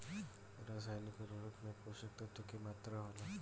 रसायनिक उर्वरक में पोषक तत्व की मात्रा होला?